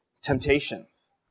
temptations